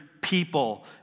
people